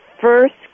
first